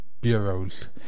bureaus